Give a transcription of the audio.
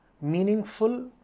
meaningful